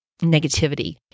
negativity